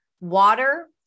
water